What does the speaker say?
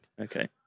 Okay